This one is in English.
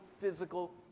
physical